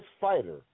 fighter